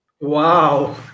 Wow